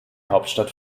hauptstadt